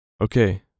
Okay